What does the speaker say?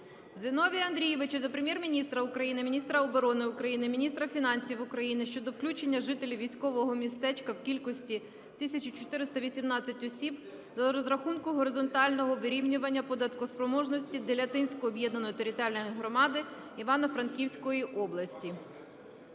Зіновія Андрійовича до Прем'єр-міністра України, міністра оборони України, міністра фінансів України щодо включення жителів військового містечка в кількості 1418 осіб до розрахунку горизонтального вирівнювання податкоспроможності Делятинської об'єднаної територіальної громади Івано-Франківської області.